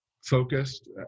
focused